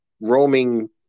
roaming